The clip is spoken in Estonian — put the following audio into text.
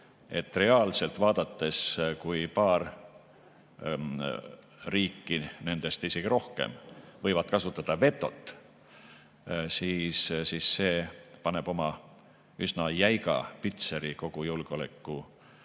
reaalselt vaadates, kui paar riiki nendest, isegi rohkem võivad kasutada vetot, siis see paneb oma üsna jäiga pitseri kogu julgeolekunõukogu